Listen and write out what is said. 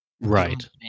Right